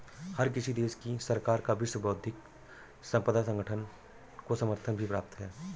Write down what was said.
हर किसी देश की सरकार का विश्व बौद्धिक संपदा संगठन को समर्थन भी प्राप्त है